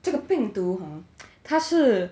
这个病毒 hor 它是